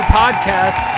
podcast